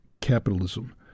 Capitalism